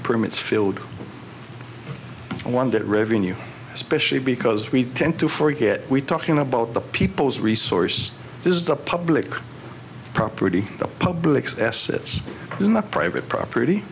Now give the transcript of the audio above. permits filled one that revenue especially because we tend to forget we talking about the people's resource this is the public property the public's assets in the private property